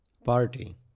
Party